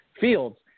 fields